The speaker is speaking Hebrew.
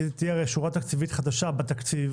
תהיה שורה תקציבית חדשה בתקציב